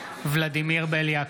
ולדימיר בליאק,